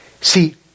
See